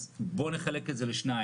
אז בואו נחלק את זה לשניים,